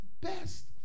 best